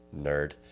Nerd